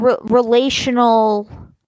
relational